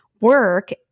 work